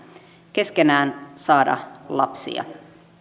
keskenään saada lapsia